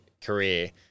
career